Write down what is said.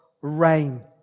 rain